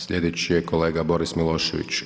Slijedeći je kolega Boris Milošević.